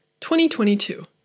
2022